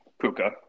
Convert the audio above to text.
Puka